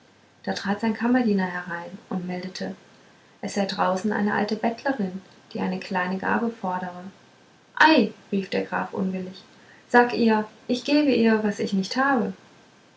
da trat sein kammerdiener herein und meldete es sei draußen eine alte bettlerin die eine kleine gabe fordere ei rief der graf unwillig sag ihr ich gebe ihr was ich nicht habe